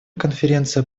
конференция